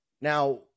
now